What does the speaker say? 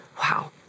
Wow